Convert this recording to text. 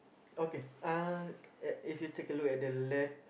okay uh at if you take at the left